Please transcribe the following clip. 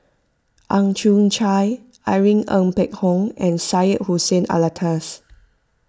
Ang Chwee Chai Irene Ng Phek Hoong and Syed Hussein Alatas